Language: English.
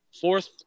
Fourth